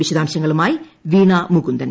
വിശദാംശങ്ങളുമായി വീണാ മുകുന്ദൻ